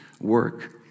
work